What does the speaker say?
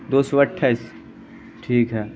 دو سو اٹھائیس ٹھیک ہے